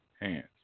hands